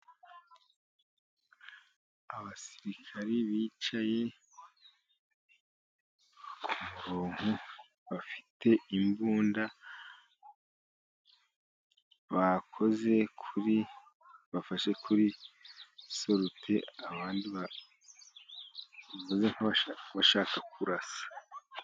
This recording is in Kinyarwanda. Abasirikari bicaye ku murongo bafite imbunda. Bafashe kuri sorute, abandi bameze nkabashaka kurasa.